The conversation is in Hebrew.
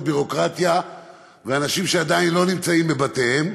ביורוקרטיה ואנשים שעדיין לא נמצאים בבתיהם.